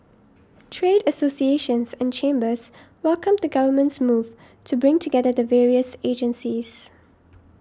trade associations and chambers welcomed the Government's move to bring together the various agencies